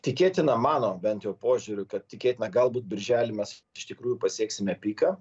tikėtina mano bent jau požiūriu kad tikėtina galbūt birželį mes iš tikrųjų pasieksime piką